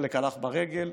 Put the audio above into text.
חלק הלכו ברגל,